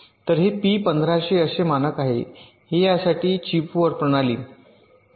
तर हे पी 1500 असे एक मानक आहे हे यासाठी आहे चिप प्रणाली वर